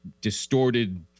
distorted